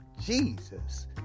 Jesus